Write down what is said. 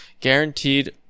Guaranteed